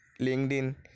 LinkedIn